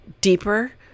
deeper